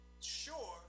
sure